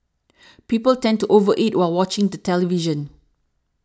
people tend to over eat while watching the television